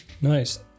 nice